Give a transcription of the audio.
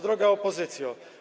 Droga Opozycjo!